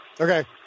Okay